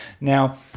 Now